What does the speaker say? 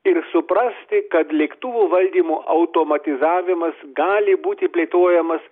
ir suprasti kad lėktuvo valdymo automatizavimas gali būti plėtojamas